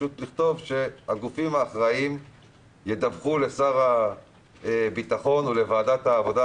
לכתוב שהגופים האחראים ידווחו לשר הביטחון או לוועדת העבודה,